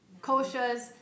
Koshas